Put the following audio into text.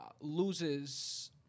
loses